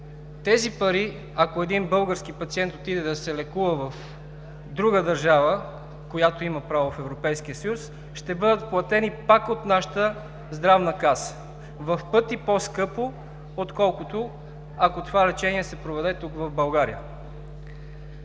Тези пари, ако един български пациент отиде да се лекува в друга държава, в която има право – в Европейския съюз, ще бъдат платени пак от нашата Здравна каса в пъти по-скъпо, отколкото ако това лечение се проведе тук, в България.